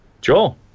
Joel